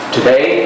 Today